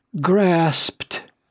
grasped